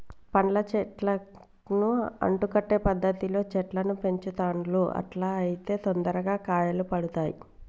పండ్ల చెట్లను అంటు కట్టే పద్ధతిలో చెట్లను పెంచుతాండ్లు అట్లా అయితే తొందరగా కాయలు పడుతాయ్